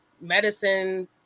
medicine